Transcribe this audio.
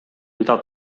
mida